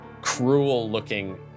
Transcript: cruel-looking